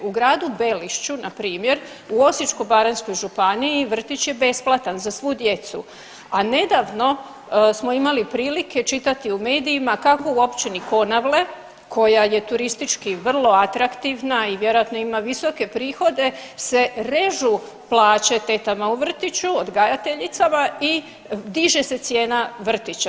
U Gradu Belišću npr. u Osječko-baranjskoj županiji vrtić je besplatan za svu djecu, a nedavno smo imali prilike čitati u medijima kako u općini Konavle koja je turistički vrlo atraktivna i vjerojatno ima visoke prihode se režu plaće tetama u vrtiću, odgajateljicama i diže se cijena vrtića.